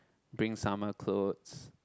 bring summer clothes